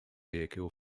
vehicle